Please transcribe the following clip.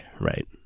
right